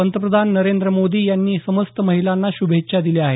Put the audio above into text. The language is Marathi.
पंतप्रधान नरेंद्र मोदी यांनी समस्त महिलांना शुभेच्छा दिल्या आहेत